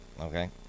Okay